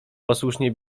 posłusznie